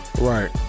Right